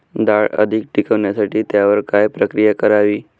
डाळ अधिक टिकवण्यासाठी त्यावर काय प्रक्रिया करावी?